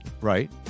Right